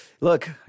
Look